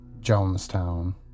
Jonestown